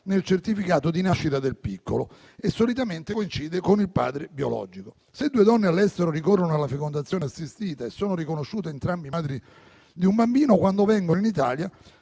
nel certificato di nascita del piccolo, e solitamente coincide con il padre biologico; se due donne all'estero ricorrono alla fecondazione assistita e sono riconosciute entrambe madri di un bambino, quando vengono in Italia